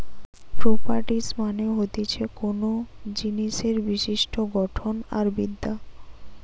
properties মানে হতিছে কোনো জিনিসের বিশিষ্ট গঠন আর বিদ্যা